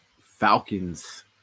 Falcons